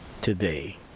today